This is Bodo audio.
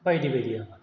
बायदि बायदि आबाद